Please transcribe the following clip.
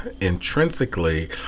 intrinsically